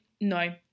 no